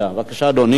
בבקשה, אדוני.